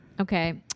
Okay